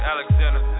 Alexander